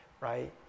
right